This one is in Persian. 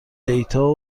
دیتا